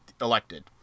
elected